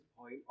point